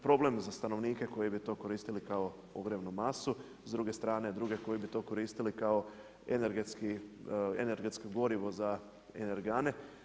Problem za stanovnike, koji bi to koristili kao ovrelnu masu, s druge strane, druge koji bi to koristili, kao energetsko govorio za energane.